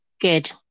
Good